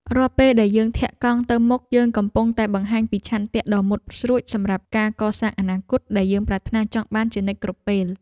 រាល់ពេលដែលយើងធាក់កង់ទៅមុខយើងកំពុងតែបង្ហាញពីឆន្ទៈដ៏មុតស្រួចសម្រាប់ការកសាងអនាគតដែលយើងប្រាថ្នាចង់បានជានិច្ចគ្រប់ពេល។